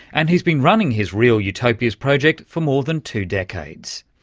and he's been running his real utopias project for more than two decades,